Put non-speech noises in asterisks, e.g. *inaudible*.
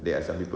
*breath*